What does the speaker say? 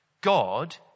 God